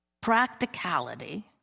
practicality